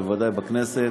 בוודאי בכנסת,